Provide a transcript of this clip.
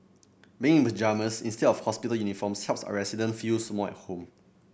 being in the pyjamas instead of hospital uniforms helps our resident feels more at home